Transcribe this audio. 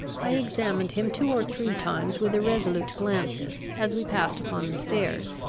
i examined him two or three times with irresolute glances, as we passed upon the stairs,